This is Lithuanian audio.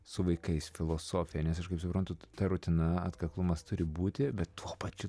su vaikais filosofija nes aš kaip suprantu ta rutina atkaklumas turi būti bet tuo pačiu